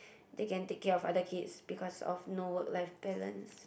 they can take care of other kids because of no work life balance